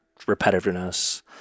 repetitiveness